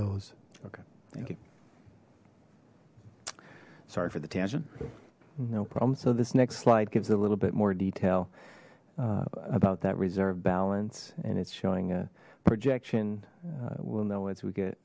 those okay thank you sorry for the tangent no problem so this next slide gives a little bit more detail about that reserve balance and it's showing a projection we'll know as we get